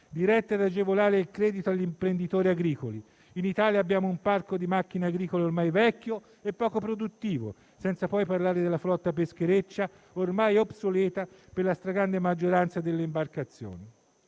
dirette ad agevolare il credito agli imprenditori agricoli. In Italia abbiamo un parco di macchine agricole ormai vecchio e poco produttivo, senza parlare della flotta peschereccia, ormai obsoleta per la stragrande maggioranza delle imbarcazioni.